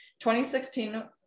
2016